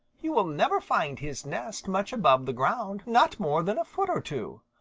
you will never find his nest much above the ground, not more than a foot or two.